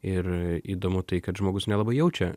ir įdomu tai kad žmogus nelabai jaučia